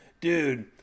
Dude